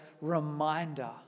reminder